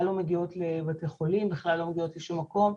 לא מגיעות לבתי החולים ובכלל לא מגיעות לשום מקום,